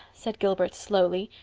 said gilbert slowly,